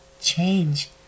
change